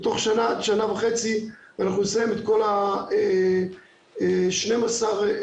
בתוך שנה עד שנה וחצי נסיים את כל 12 השוברים.